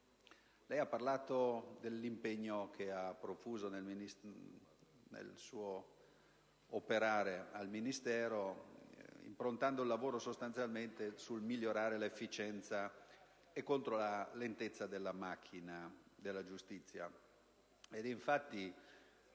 Lei ha parlato dell'impegno che ha profuso nel suo operare al Ministero improntando il lavoro sostanzialmente a migliorare l'efficienza del sistema e contro la lentezza della macchina della giustizia.